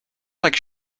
like